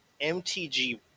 MTG